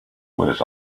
was